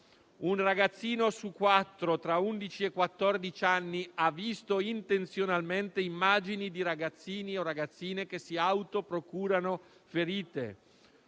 Un ragazzino su quattro tra gli undici e i quattordici anni ha visto intenzionalmente immagini di ragazzini o ragazzine che si autoprocurano ferite;